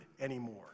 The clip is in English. anymore